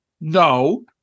No